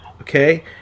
okay